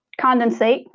condensate